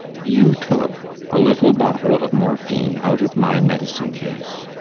you took a little bottle of morphine out of my medicine-case.